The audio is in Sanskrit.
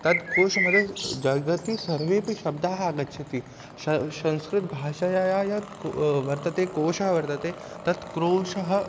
तद्कोशमध्ये जगति सर्वेपि शब्दाः आगच्छन्ति श संस्कृतभाषायाः यत् वर्तते कोशः वर्तते तत् कोशः